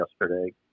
yesterday